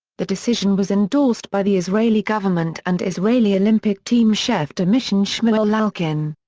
the decision was endorsed by the israeli government and israeli olympic team chef de mission shmuel lalkin.